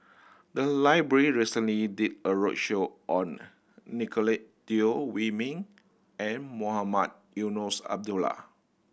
the library recently did a roadshow on Nicolette Teo Wei Min and Mohamed Eunos Abdullah